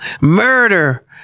murder